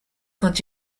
quand